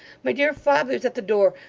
my dear father's at the door.